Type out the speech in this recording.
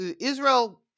Israel